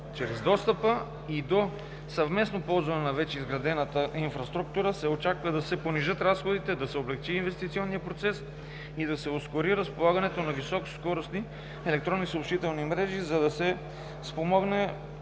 Чрез достъпа и до съвместно ползване на вече изградената инфраструктура се очаква да се понижат разходите, да се облекчи инвестиционният процес и да се ускори разполагането на високоскоростни електронни съобщителни мрежи, за да се спомогне